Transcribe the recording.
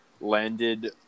landed